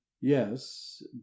Yes